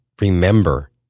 remember